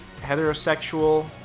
heterosexual